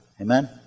Amen